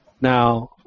Now